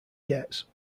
gets